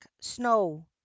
Snow